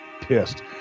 pissed